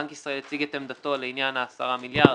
בנק ישראל הציג את עמדתו לעניין ה-10 מיליארד,